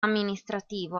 amministrativo